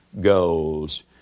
goals